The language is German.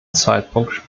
zeitpunkt